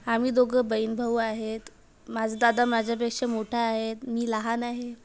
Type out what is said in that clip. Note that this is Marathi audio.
आम्ही दोघं बहीणभाऊ आहेत माझं दादा माझ्यापेक्षा मोठा आहेत मी लहान आहे